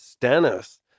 Stannis